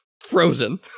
frozen